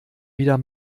wieder